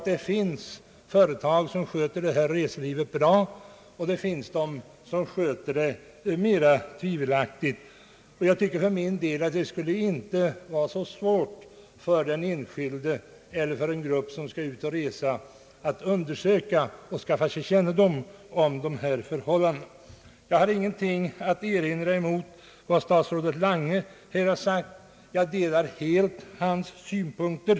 Det finns företag som sköter resorna bra, och det finns företag som sköter dem mindre bra. Jag tycker inte det skulle vara så svårt för den enskilde eller för en grupp som skall ut och resa att skaffa sig kännedom om förhållandena. Jag har ingenting att erinra mot vad statsrådet Lange har anfört. Jag delar helt hans synpunkter.